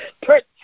Protect